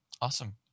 Awesome